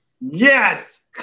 yes